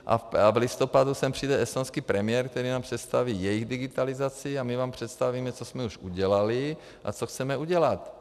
V listopadu sem přijde estonský premiér, který nám představí jejich digitalizaci, a my vám představíme, co jsme už udělali a co chceme udělat.